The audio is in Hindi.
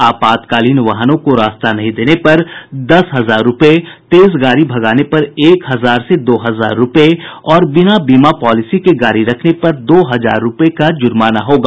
आपातकालीन वाहनों को रास्ता नहीं देने पर दस हजार रूपये तेज गाड़ी भगाने पर एक हजार से दो हजार रूपये और बिना बीमा पॉलिसी के गाड़ी रखने पर दो हजार रूपये का जुर्माना होगा